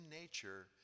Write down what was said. nature